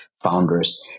founders